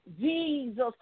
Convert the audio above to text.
Jesus